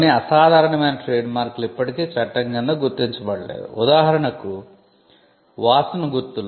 కొన్ని అసాధారణమైన ట్రేడ్మార్క్ లు ఇప్పటికీ చట్టం క్రింద గుర్తించబడలేదు ఉదాహరణకు వాసన గుర్తులు